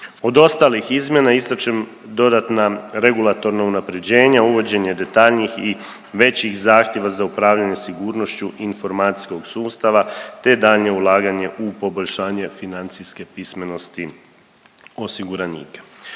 Od ostalih izmjena ističem dodatna regulatorna unapređenja, uvođenje detaljnijih i većih zahtjeva za upravljanjem sigurnošću informacijskog sustava te daljnje ulaganje u poboljšanje financijske pismenosti osiguranika.